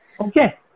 Okay